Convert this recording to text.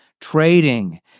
trading